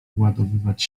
wyładowywać